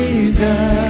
Jesus